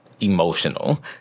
emotional